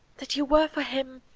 that you were for him,